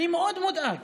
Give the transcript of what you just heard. מאוד מודאג